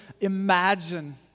imagine